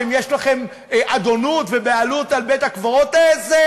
יש לכם אדנות ובעלות על בית-הקברות הזה?